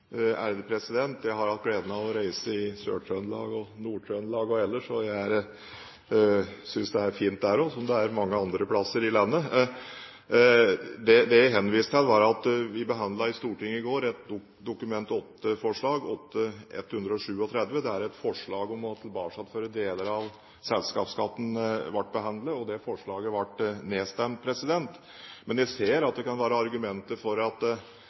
Jeg har hatt gleden av å reise i Sør-Trøndelag og Nord-Trøndelag og ellers, og jeg synes det er fint der også, som det er mange andre steder i landet. Det jeg henviste til, var at vi i Stortinget i går behandlet et Dokument 8-forslag, Dokument 8:137 LS for 2010–2011, om å tilbakeføre deler av selskapsskatten. Det forslaget ble nedstemt, men jeg ser at det kan være argumenter for at